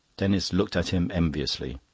denis looked at him enviously.